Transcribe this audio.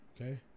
okay